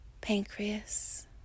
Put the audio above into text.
pancreas